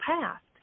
past